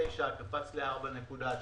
קפץ ל-4.6.